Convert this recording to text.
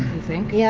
think. yeah